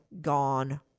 gone